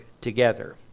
together